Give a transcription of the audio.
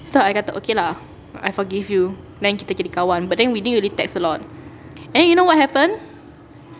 so I kata okay lah I forgive you then kita jadi kawan but then we didn't really text a lot and then you know what happen